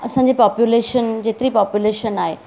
असांजी पॉप्युलेशन जेतिरी पॉप्युलेशन आहे